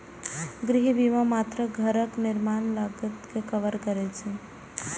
गृह बीमा मात्र घरक निर्माण लागत कें कवर करै छै